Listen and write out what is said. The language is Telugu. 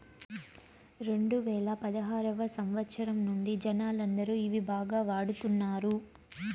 రెండువేల పదారవ సంవచ్చరం నుండి జనాలందరూ ఇవి బాగా వాడుతున్నారు